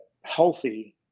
healthy